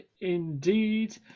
indeed